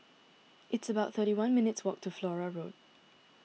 it's about thirty one minutes' walk to Flora Road